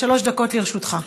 שלוש דקות לרשותך.